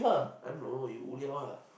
I don't know you 无聊 ah